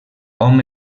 hom